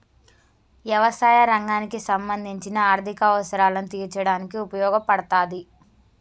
యవసాయ రంగానికి సంబంధించిన ఆర్ధిక అవసరాలను తీర్చడానికి ఉపయోగపడతాది